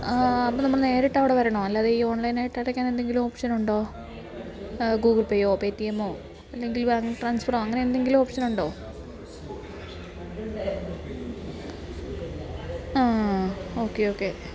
അപ്പം നമ്മൾ നേരിട്ടവിടെ വരണമോ അല്ലാതെ ഈ ഓൺലൈനായിട്ട് അടക്കാൻ എന്തെങ്കിലും ഓപ്ഷനുണ്ടോ ഗൂഗിൾ പേയോ പേ റ്റി എമ്മോ അല്ലെങ്കിൽ ബാങ്ക് ട്രാൻസ്ഫറോ അങ്ങനെ എന്തെങ്കിലും ഓപ്ഷനുണ്ടോ ആ ഓക്കെ ഓക്കെ